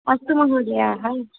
अस्तु महोदयाः